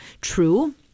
true